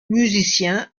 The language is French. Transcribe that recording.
musicien